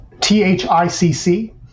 T-H-I-C-C